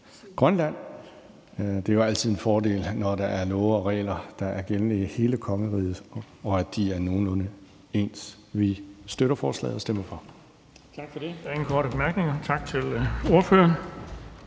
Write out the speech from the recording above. Grønland. Det er jo altid en fordel, når der er love og regler, der er gældende i hele kongeriget, og at de er nogenlunde ens. Vi støtter forslaget og stemmer for det. Kl. 13:19 Den fg. formand (Erling Bonnesen): Der er ingen korte bemærkninger. Tak til ordføreren.